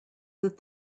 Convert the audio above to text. that